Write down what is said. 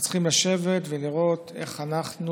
אנחנו צריכים לשבת ולראות איך אנחנו,